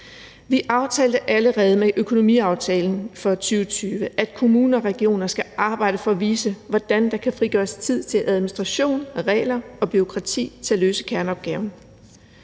Vi aftalte allerede med økonomiaftalen for 2020, at kommuner og regioner skal arbejde for at vise, hvordan der kan frigøres tid til administration af regler og bureaukrati til at løse kerneopgaven.